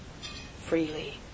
freely